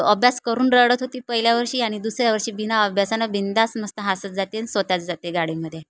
अभ्यास करून रडत होती पहिल्या वर्षी आणि दुसऱ्या वर्षी बिना अभ्यासानं बिनधास्त मस्त हसत जाते आणि स्वतःच जाते गाडीमध्ये